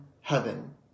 heaven